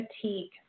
fatigue